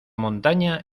montaña